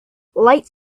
lights